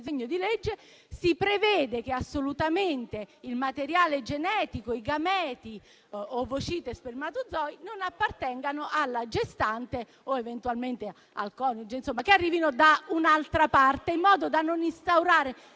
disegno di legge si prevede che assolutamente il materiale genetico - gameti, ovociti e spermatozoi - non appartengano alla gestante o eventualmente al coniuge, e che arrivino da un'altra fonte, in modo da non instaurare